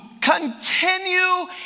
Continue